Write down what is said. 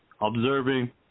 observing